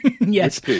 yes